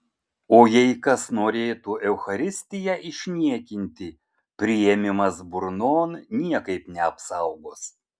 o jei kas norėtų eucharistiją išniekinti priėmimas burnon niekaip neapsaugos